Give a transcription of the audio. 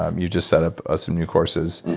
um you just set up ah some new courses.